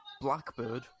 Blackbird